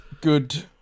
good